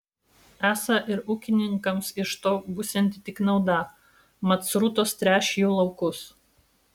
esą ir ūkininkams iš to būsianti tik nauda mat srutos tręš jų laukus